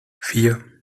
vier